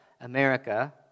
America